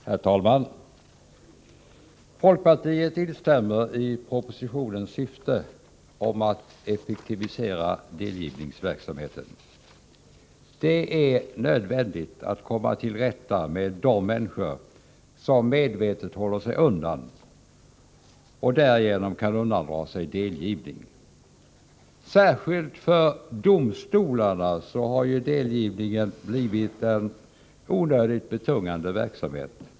Herr talman! Folkpartiet instämmer i propositionens syfte att effektivisera delgivningsverksamheten. Det är nödvändigt att komma till rätta med de människor som medvetet håller sig undan och därigenom kan undandra sig delgivning. Särskilt för domstolarna har delgivningen blivit en onödigt betungande verksamhet.